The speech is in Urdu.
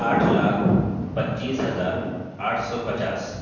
آٹھ لاکھ پچیس ہزار آٹھ سو پچاس